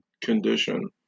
condition